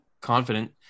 confident